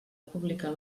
publicar